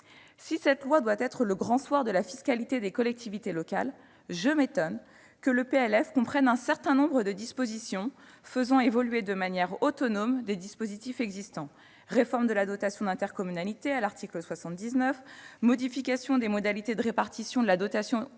Si cette loi doit être le Grand Soir de la fiscalité des collectivités locales, je m'étonne que le projet de loi de finances pour 2019 comprenne un certain nombre de dispositions faisant évoluer de manière autonome des dispositifs existants : réforme de la dotation d'intercommunalité, à l'article 79, modification des modalités de répartition de la dotation politique